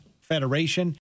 Federation